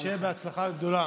אז שיהיה בהצלחה גדולה.